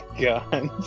God